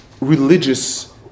religious